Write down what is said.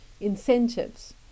incentives